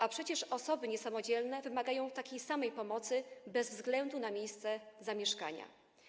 A przecież osoby niesamodzielne wymagają takiej samej pomocy bez względu na miejsce zamieszkania.